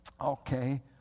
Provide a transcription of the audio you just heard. Okay